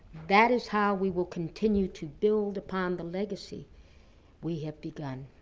that is how we will continue to build upon the legacy we have begun.